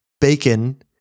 bacon